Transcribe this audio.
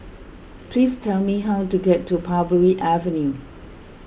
please tell me how to get to Parbury Avenue